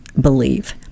believe